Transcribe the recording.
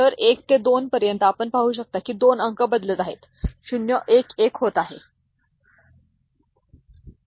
तर 1 ते 2 पर्यंत आपण पाहू शकता की 2 अंक बदलत आहेत 0 1 1 होत आहे ठीक आहे तर 3 4 आणि पुढे दशांश समतुल्य संख्या सलग वाढ